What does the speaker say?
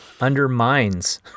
undermines